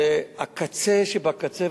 זה הקצה שבקצה,